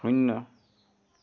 শূন্য